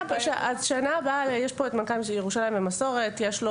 יש פה את מנכ"ל משרד ירושלים ומסורת, יש לו